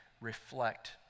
reflect